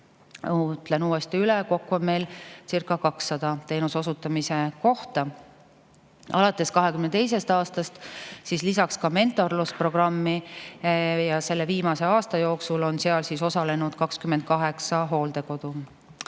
Ütlen uuesti üle: kokku on meilcirca200 teenuse osutamise kohta. Alates 2022. aastast on lisaks ka mentorlusprogramm ja viimase aasta jooksul on seal osalenud 28 hooldekodu.